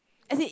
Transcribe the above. as in it